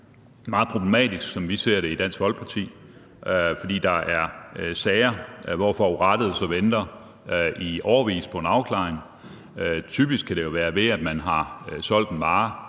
det er meget problematisk, som vi ser det i Dansk Folkeparti, fordi der er sager, hvor forurettede så venter i årevis på en afklaring. Typisk kan det jo være, ved at man har købt en vare